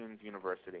University